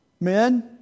Men